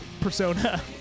persona